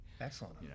Excellent